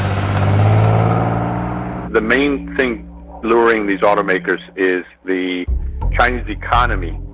um the main thing luring these auto makers is the chinese economy,